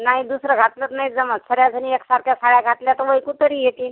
नाही दुसरं घातलंच नाही जमत साऱ्याजणी एकसारख्या साड्या घातल्या तर ओळखू तरी येतील